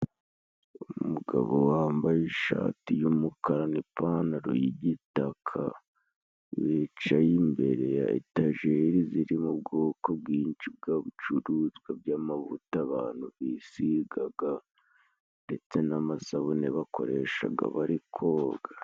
Umugabo wambaye ishati y'umukara n'ipantaro y'igitaka, wicaye imbere ya etajeri zirimo ubwoko bwinshi bw'ibicuruzwa by'amavuta, abantu bisigaga ndetse n'amasabune bakoreshaga bari koga.